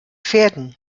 pferden